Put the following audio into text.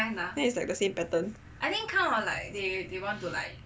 then it's like the same pattern